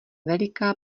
veliká